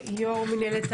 ואני מיד אומר אותה,